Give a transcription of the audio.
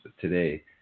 today